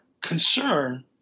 concern